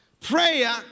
Prayer